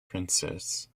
princess